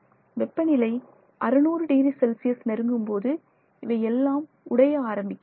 வெப்பநிலை 600 degree Celsius நெருங்கும்போது இவை எல்லாம் உடைய ஆரம்பிக்கின்றன